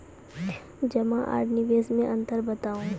जमा आर निवेश मे अन्तर बताऊ?